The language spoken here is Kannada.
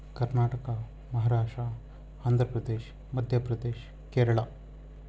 ಕರ್ನಾಟಕ ಮಹಾರಾಷ್ಟ್ರ ಆಂಧ್ರ ಪ್ರದೇಶ್ ಮಧ್ಯ ಪ್ರದೇಶ್ ಕೇರಳ